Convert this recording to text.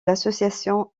l’association